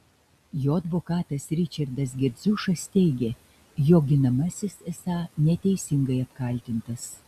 jo advokatas ričardas girdziušas teigė jo ginamasis esą neteisingai apkaltintas